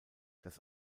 das